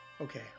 okay